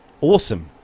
awesome